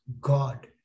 God